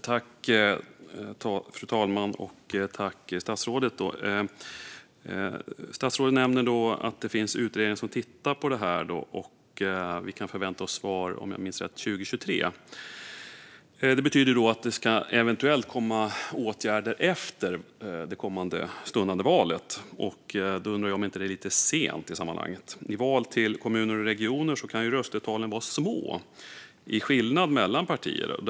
Fru talman! Statsrådet nämner en utredning som ska titta på detta och att vi kan förvänta oss svar 2023, om jag minns rätt. Det betyder att eventuella åtgärder kommer efter stundande val. Är det inte lite sent? I val till kommuner och regioner kan skillnaden i röstetal mellan partier vara liten.